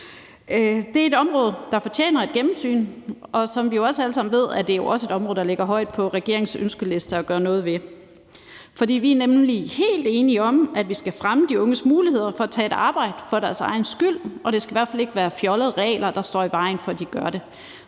Det er et område, der fortjener et gennemsyn, og som vi jo også alle sammen ved, er det et område, der ligger højt på regeringens ønskeliste over ting, man vil gøre noget ved. Vi er nemlig helt enige om, at vi skal fremme de unges muligheder for at tage et arbejde for deres egen skyld, og det skal i hvert fald ikke være fjollede regler, der står i vejen for, at de gør det.